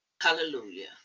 Hallelujah